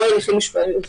לא על הליכי משפחה,